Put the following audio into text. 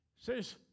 says